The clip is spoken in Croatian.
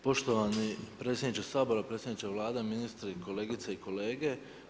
Poštovani predsjedniče Sabora, predsjedniče Vlade, ministri, kolegice i kolege.